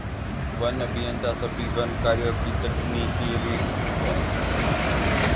one अभियंता सभी वन कार्यों की तकनीकी रीढ़ हैं